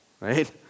right